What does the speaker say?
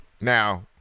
Now